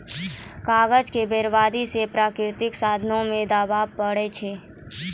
कागज के बरबादी से प्राकृतिक साधनो पे दवाब बढ़ै छै